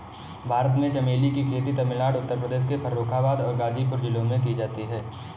भारत में चमेली की खेती तमिलनाडु उत्तर प्रदेश के फर्रुखाबाद और गाजीपुर जिलों में की जाती है